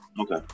Okay